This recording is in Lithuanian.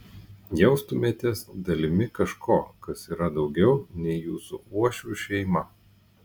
jaustumėtės dalimi kažko kas yra daugiau nei jūsų uošvių šeima